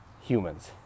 humans